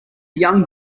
young